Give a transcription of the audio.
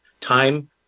time